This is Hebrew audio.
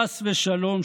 חס ושלום,